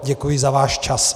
Děkuji za váš čas.